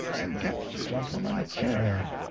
and get the gentleman a chair.